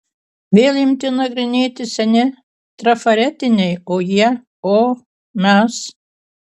vėl imti nagrinėti seni trafaretiniai o jie o mes